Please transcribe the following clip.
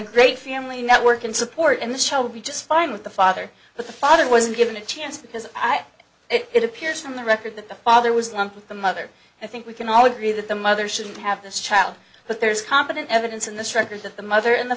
great family network and support and the child be just fine with the father the father wasn't given a chance because i it appears from the record that the father was lumped with the mother i think we can all agree that the mother shouldn't have this child but there's competent evidence in this record that the mother and the